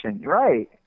right